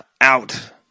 out